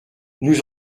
nous